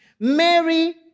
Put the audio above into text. Mary